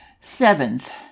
Seventh